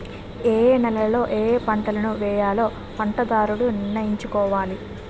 ఏయే నేలలలో ఏపంటలను వేయాలో పంటదారుడు నిర్ణయించుకోవాలి